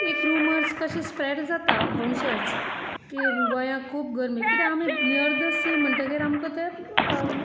एक रुमर्स कशे स्प्रेड जाता आपुणशेच की गोंया खूब गरमी कित्याक आमी नियर द सी म्हणटगीर आमकां तें